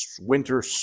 winter